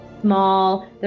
small